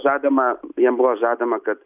žadama jiem buvo žadama kad